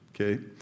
okay